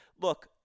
look